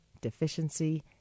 deficiency